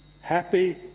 happy